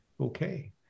Okay